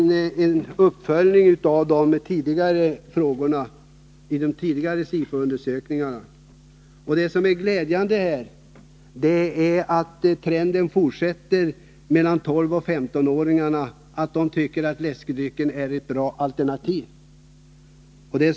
Det gäller en uppföljning av frågorna i de tidigare SIFO-undersökningarna. Vad som är glädjande är att trenden att 12-15-åringarna tycker att läskedrycken är ett bra alternativ fortsätter.